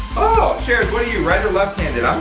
oh, sharers what are you, right or left handed? i'm